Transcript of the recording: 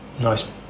nice